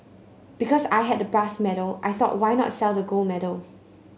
because I had the brass medal I thought why not sell the gold medal